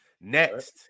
Next